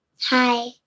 Hi